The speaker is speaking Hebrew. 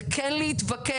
היא כן להתווכח,